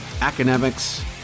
academics